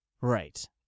Right